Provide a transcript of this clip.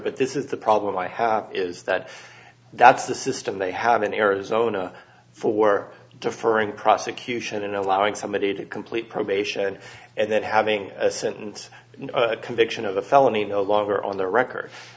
but this is the problem i have is that that's the system they have in arizona for deferring prosecution and allowing somebody to complete probation and that having a sentence and conviction of a felony no longer on their records